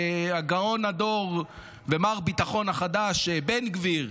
גאון הדור ומר ביטחון החדש בן גביר?